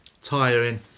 Tiring